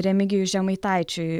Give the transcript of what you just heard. remigijui žemaitaičiui